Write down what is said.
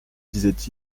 disait